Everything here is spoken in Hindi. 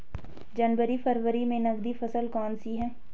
जनवरी फरवरी में नकदी फसल कौनसी है?